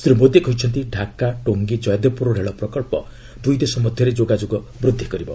ଶ୍ରୀ ମୋଦି କହିଛନ୍ତି ଢାକା ଟୋଙ୍ଗି ଜୟଦେବପୁର ରେଳ ପ୍ରକଳ୍ପ ଦୁଇ ଦେଶ ମଧ୍ୟରେ ଯୋଗାଯୋଗ ବୃଦ୍ଧି କରିବ